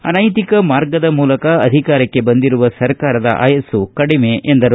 ಅನೈತಿಕ ಮಾರ್ಗದ ಮೂಲಕ ಅಧಿಕಾರಕ್ಕೆ ಬಂದಿರುವ ಸರ್ಕಾರದ ಆಯಸ್ಸು ಕಡಿಮೆ ಎಂದರು